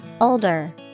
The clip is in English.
Older